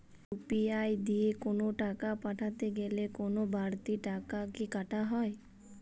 UPI দিয়ে কোন টাকা পাঠাতে গেলে কোন বারতি টাকা কি কাটা হয়?